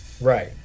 right